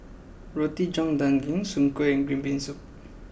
Roti John Daging Soon Kuih and Green Bean Soup